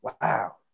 wow